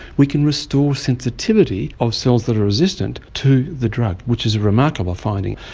we can restore sensitivity of cells that are resistant to the drug, which is a remarkable finding.